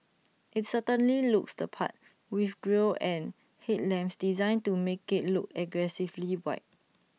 IT certainly looks the part with grille and headlamps designed to make IT look aggressively wide